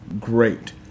great